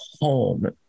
home